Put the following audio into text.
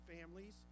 families